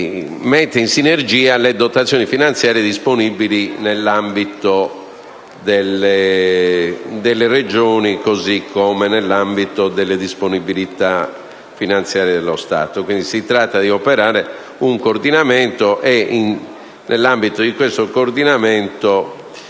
mette in sinergia le dotazioni finanziarie disponibili nell’ambito delle Regioni, cosıcome nell’ambito dello Stato. Quindi, si tratta di operare un coordinamento e, nell’ambito di questo coordinamento,